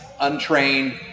untrained